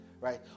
right